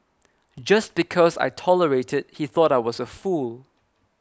just because I tolerated he thought I was a fool